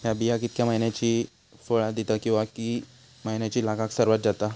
हया बिया कितक्या मैन्यानी फळ दिता कीवा की मैन्यानी लागाक सर्वात जाता?